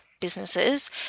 businesses